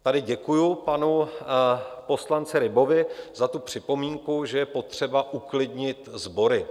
Tady děkuju panu poslanci Rybovi za připomínku, že je potřeba uklidnit sbory.